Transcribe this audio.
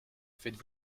faites